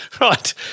Right